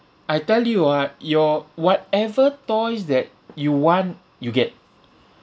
I tell you ah your whatever toys that you want you get